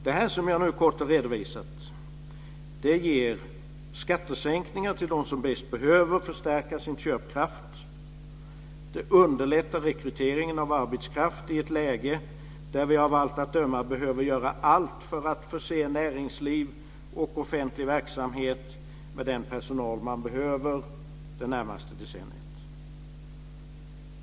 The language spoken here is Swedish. Det som jag nu kort har redovisat ger skattesänkningar för dem som bäst behöver förstärka sin köpkraft. Det underlättar rekryteringen av arbetskraft i ett läge där vi av allt att döma behöver göra allt för att förse näringsliv och offentlig verksamhet med den personal man behöver det närmaste decenniet.